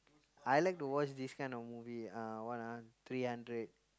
I like to watch this kind of movie uh what ah three-hundred